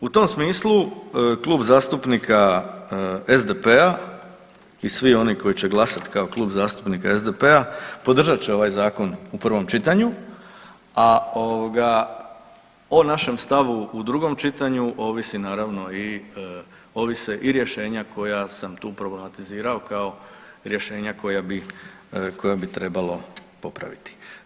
U tom smislu Klub zastupnika SDP-a i svi oni koji će glasat kao Klub zastupnika SDP-a podržat će ovaj zakon u prvom čitanju, a ovoga o našem stavu u drugom čitanju ovisi naravno i, ovise i rješenja koja sam tu problematizirao kao rješenja koja bi, koja bi trebalo popraviti.